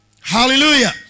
Hallelujah